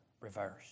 reverse